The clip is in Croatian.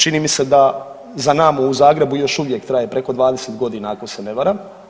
Čini mi se da za Namu u Zagrebu još uvijek traje preko 20 godina ako se ne varam.